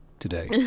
today